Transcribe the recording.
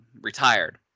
retired